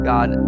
God